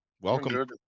welcome